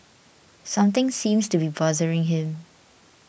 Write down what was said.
something seems to be bothering him